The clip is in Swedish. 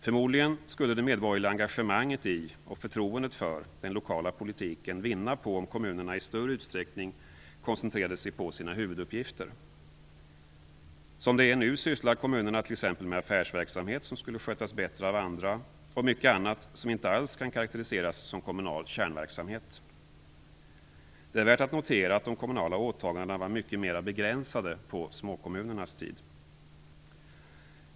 Förmodligen skulle det medborgerliga engagemanget i och förtroendet för den lokala politiken vinna på om kommunerna i större utsträckning koncentrerade sig på sina huvuduppgifter. Som det är nu sysslar kommunerna t.ex. med affärsverksamhet som skulle skötas bättre av andra och mycket annat som inte alls kan karakteriseras som kommunal kärnverksamhet. Det är värt att notera att de kommunala åtagandena var mycket mera begränsade på småkommunernas tid.